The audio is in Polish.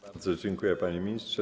Bardzo dziękuję, panie ministrze.